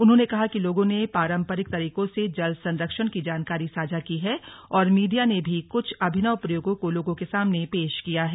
उन्होंने कहा कि लोगों ने पारंपरिक तरीकों से जल संरक्षण की जानकारी साझा की है और मीडिया ने भी कुछ अभिनव प्रयोगों को लोगों के सामने पेश किया है